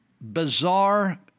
bizarre